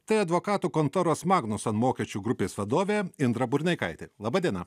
tai advokatų kontoros magnusan mokesčių grupės vadovė indra burneikaitė laba diena